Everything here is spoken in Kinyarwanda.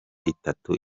itatu